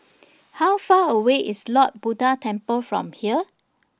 How Far away IS Lord Buddha Temple from here